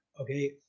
Okay